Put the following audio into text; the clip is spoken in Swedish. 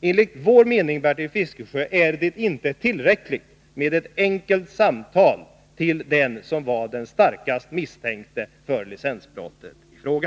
Enligt vår mening, Bertil Fiskesjö, är det inte tillräckligt med ett enkelt samtal med den som var den starkast misstänkte för licensbrottet i fråga.